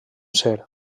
ser